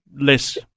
less